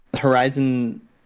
Horizon